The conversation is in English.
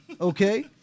okay